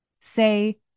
Say